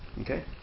okay